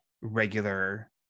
regular